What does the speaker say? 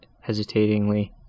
hesitatingly